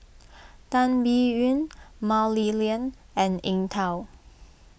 Tan Biyun Mah Li Lian and Eng Tow